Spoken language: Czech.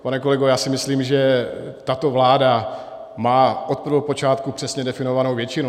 Pane kolego, já si myslím, že tato vláda má od prvého počátku přesně definovanou většinu.